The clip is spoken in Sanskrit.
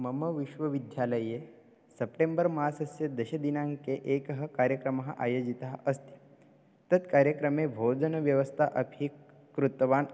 मम विश्वविद्यालये सेप्टेम्बर् मासस्य दशदिनाङ्के एकः कार्यक्रमः आयोजितः अस्ति तत्कार्यक्रमे भोजनव्यवस्था अपि कृतवान्